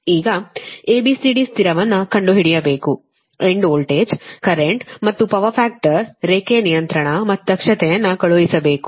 ಈಗ A B C D ಸ್ಥಿರವನ್ನು ಕಂಡುಹಿಡಿಯಬೇಕು ಎಂಡ್ ವೋಲ್ಟೇಜ್ ಕರೆಂಟ್ ಮತ್ತು ಪವರ್ ಫ್ಯಾಕ್ಟರ್ ರೇಖೆಯ ನಿಯಂತ್ರಣ ಮತ್ತು ದಕ್ಷತೆಯನ್ನು ಕಳುಹಿಸಬೇಕು